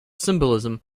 symbolism